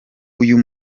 uyu